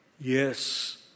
Yes